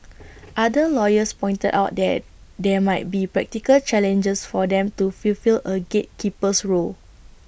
other lawyers pointed out that there might be practical challenges for them to fulfil A gatekeeper's role